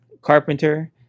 carpenter